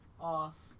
off